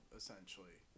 essentially